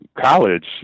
college